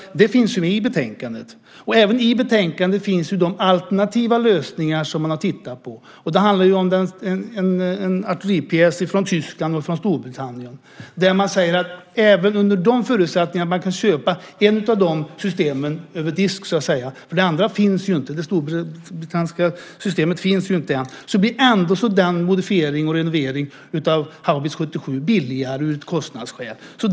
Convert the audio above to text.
Det finns i betänkandet. I betänkandet finns också de alternativa lösningar som man har tittat på. Det handlar om en artilleripjäs från Tyskland respektive Storbritannien. Man säger att även under de förutsättningarna att man kan köpa ett av de systemen så att säga över disk - det andra, det brittiska, systemet finns ju inte än - så blir ändå modifiering och renovering av Haubits 77 billigare när det gäller kostnadsskäl.